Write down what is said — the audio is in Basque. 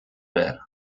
behar